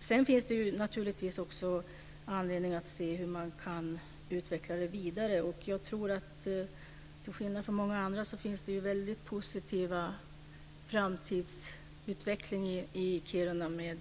Sedan finns det naturligtvis också anledning att se hur man kan utveckla detta vidare. Jag tror att det i Kiruna, till skillnad från många andra orter, finns möjligheter till en väldigt positiv framtidsutveckling med